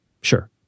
Sure